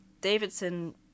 Davidson